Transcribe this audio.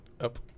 up